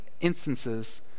instances